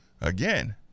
again